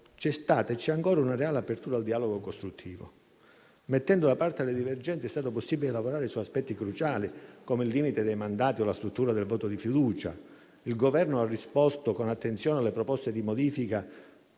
c'è stata e c'è ancora una reale apertura al dialogo costruttivo. Mettendo da parte le divergenze è stato possibile lavorare su aspetti cruciali come il limite dei mandati o la struttura del voto di fiducia. Il Governo ha risposto con attenzione alle proposte di modifica